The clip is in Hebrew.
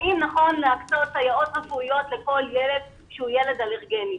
האם נכון להקצות סייעות רפואיות לכל ילד שהוא ילד אלרגי,